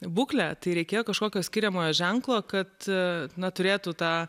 būklę tai reikėjo kažkokio skiriamojo ženklo kad na turėtų tą